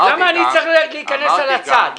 למה אני צריך להיכנס על הצד?